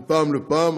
מפעם לפעם.